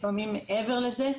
לפעמים מעבר לזה,